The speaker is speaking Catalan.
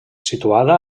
situada